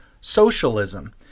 socialism